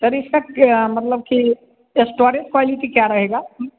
sir इसका क्या मतलब कि एस्टोरेज क्वालिटी क्या रहेगा